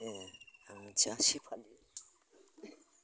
ए आं मिथिया